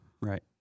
right